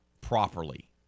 properly